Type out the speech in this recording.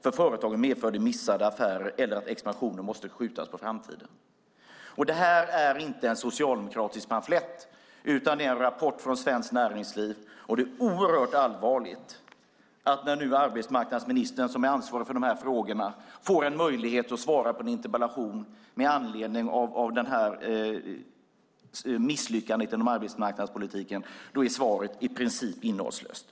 För företagen medför det missade affärer eller att expansion måste skjutas på framtiden." Detta är inte en socialdemokratisk pamflett, utan det är en rapport från Svenskt Näringsliv. Det är oerhört allvarligt att när nu arbetsmarknadsministern som är ansvarig för dessa frågor får en möjlighet att svara på en interpellation med anledning av misslyckandet inom arbetsmarknadspolitiken så är svaret i princip innehållslöst.